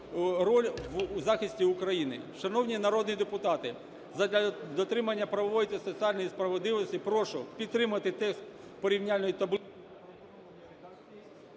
роль у захисті України. Шановні народні депутати, задля дотримання правової та соціальної справедливості прошу підтримати текст "Порівняльної таблиці"…